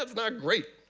ah not great.